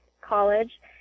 college